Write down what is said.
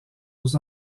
aux